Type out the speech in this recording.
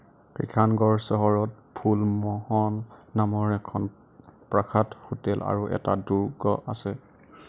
কিষানগড় চহৰত ফুল মহল নামৰ এখন প্ৰাসাদ হোটেল আৰু এটা দুৰ্গ আছে